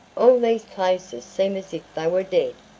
all these places seem as if they were dead.